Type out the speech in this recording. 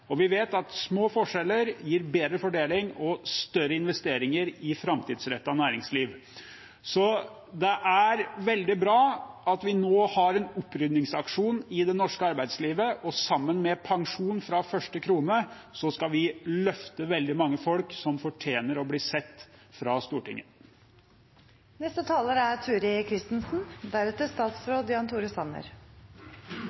Vi vet at små forskjeller gir bedre fordeling og større investeringer i et framtidsrettet næringsliv. Det er veldig bra at vi nå har en opprydningsaksjon i det norske arbeidslivet. Sammen med pensjon fra første krone skal vi løfte veldig mange folk som fortjener å bli sett av Stortinget. En av grunnene til at jeg valgte meg Høyre som parti, er